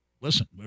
listen